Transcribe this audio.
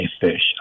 fish